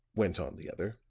went on the other.